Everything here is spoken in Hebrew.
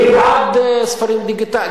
אני בעד ספרים דיגיטליים,